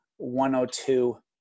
102